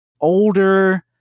older